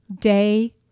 day